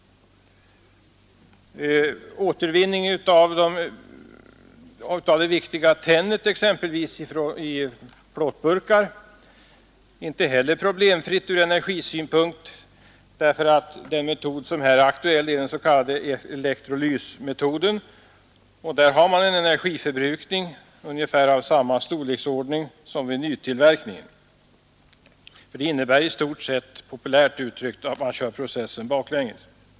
Återvinningen av exempelvis det viktiga tennet i plåtburkar är inte heller problemfri ur energisynpunkt. Den metod som här är aktuell är den s.k. elektrolysmetoden, och där förekommer en energiförbrukning av ungefär samma storleksordning som vid nytillverkningen. Det innebär i stort sett, populärt uttryckt, att man låter processen gå baklänges.